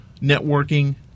networking